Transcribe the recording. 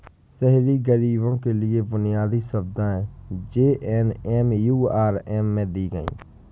शहरी गरीबों के लिए बुनियादी सुविधाएं जे.एन.एम.यू.आर.एम में दी गई